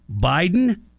Biden